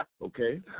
Okay